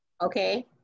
Okay